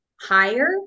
higher